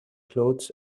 clothes